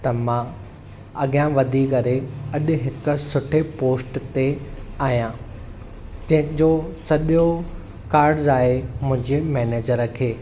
त मां अॻियां वधी करे अॼु हिकु सुठी पोस्ट ते आहियां जंहिंजो सॼो कार्ज आहे मुंहिंजे मेनेजर खे